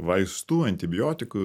vaistų antibiotikų